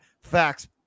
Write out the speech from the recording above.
Facts